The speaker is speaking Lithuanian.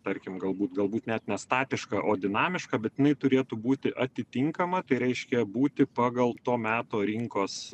tarkim galbūt galbūt net ne statiška o dinamiška bet jinai turėtų būti atitinkama tai reiškia būti pagal to meto rinkos